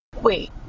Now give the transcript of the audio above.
Wait